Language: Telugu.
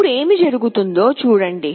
ఇప్పుడు ఏమి జరుగుతుందో చూడండి